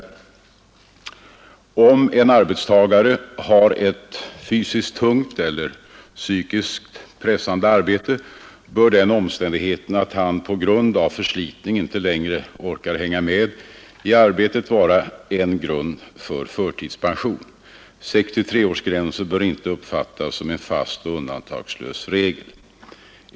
Om en arbetstagare har ett fysiskt tungt eller psykiskt pressande arbete bör den omständigheten att han på grund av förslitning inte längre orkar hänga med i arbetet vara en grund för förtidspension. 63-års gränsen bör inte uppfattas som en fast och undantagslös regel.